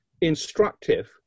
instructive